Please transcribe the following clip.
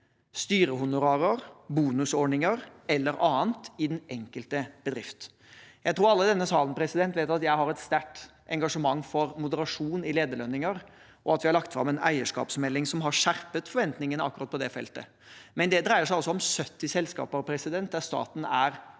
styrehonorarer, bonusordninger eller annet i den enkelte bedrift. Jeg tror alle i denne salen vet at jeg har et sterkt engasjement for moderasjon i lederlønninger, og at vi har lagt fram en eierskapsmelding som har skjerpet forventningene akkurat på det feltet, men det dreier seg om 70 selskaper der staten er helt